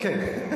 כן.